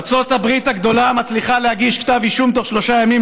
ארצות הברית הגדולה מצליחה להגיש כתב אישום תוך שלושה ימים,